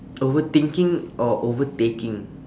overthinking or overtaking